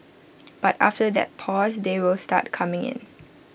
but after that pause they will start coming in